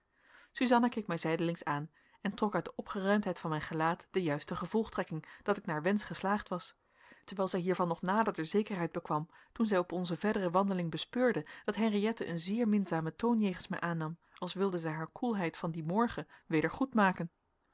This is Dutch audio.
suzanna keek mij zijdelings aan en trok uit de opgeruimdheid van mijn gelaat de juiste gevolgtrekking dat ik naar wensch geslaagd was terwijl zij hiervan nog nader de zekerheid bekwam toen zij op onze verdere wandeling bespeurde dat henriëtte een zeer minzamen toon jegens mij aannam als wilde zij haar koelheid van dien morgen weder